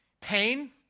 pain